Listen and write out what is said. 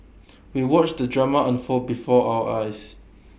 we watched the drama unfold before our eyes